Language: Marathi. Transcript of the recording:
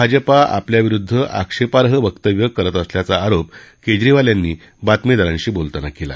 भाजपा आपल्याविरुद्ध आक्षेपाई वक्तव्य करत असल्याचा आरोप केजरीवाल यांनी बातमीदारांशी बोलताना केला